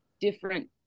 different